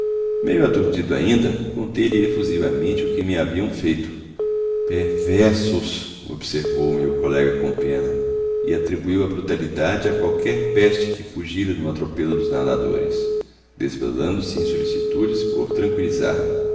meio aturdido ainda conteilhe efusivamente o que me haviam feito perversos observou me o colega com pena e atribuiu a brutalidade a qualquer peste que fugira no atropelo dos nadadores desvelando se em solicitudes por